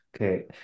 Okay